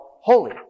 holy